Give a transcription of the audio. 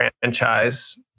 franchise